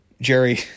Jerry